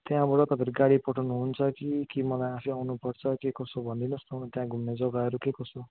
त्यहाँबाट तपाईँहरू गाडी पठाउनु हुन्छ कि कि मलाई आफै आउनु पर्छ के कसो भनिदिनुहोस् न त्यहाँ घुम्ने जग्गाहरू के कसो